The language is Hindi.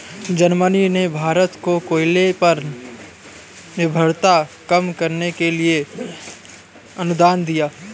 जर्मनी ने भारत को कोयले पर निर्भरता कम करने के लिए अनुदान दिया